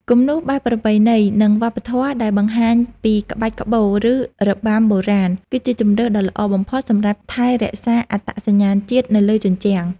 គំនូរបែបប្រពៃណី និងវប្បធម៌ ដែលបង្ហាញពីក្បាច់ក្បូរ ឬរបាំបុរាណ គឺជាជម្រើសដ៏ល្អបំផុតសម្រាប់ថែរក្សាអត្តសញ្ញាណជាតិនៅលើជញ្ជាំង។